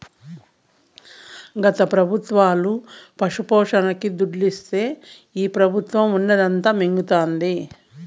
గత పెబుత్వాలు పశుపోషణకి దుడ్డిస్తే ఈ పెబుత్వం ఉన్నదంతా మింగతండాది